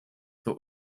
but